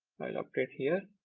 i'll update here.